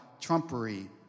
trumpery